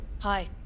Hi